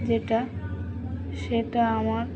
যেটা সেটা আমার